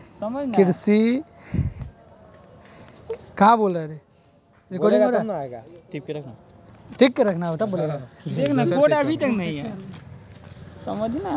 कृषि मंडीत प्याजेर बहुत खराब दाम चल छेक